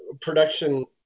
Production